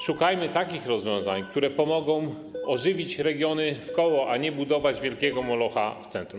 Szukajmy takich rozwiązań, które pomogą ożywić regiony wkoło, a nie budujmy wielkiego molocha w centrum.